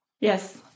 Yes